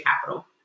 capital